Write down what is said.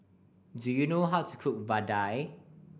do you know how to cook vadai